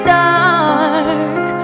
dark